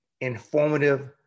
informative